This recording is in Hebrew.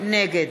נגד